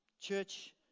Church